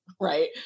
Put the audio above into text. right